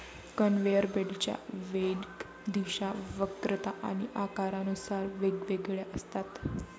conveyor बेल्टच्या वेग, दिशा, वक्रता आणि आकारानुसार वेगवेगळ्या असतात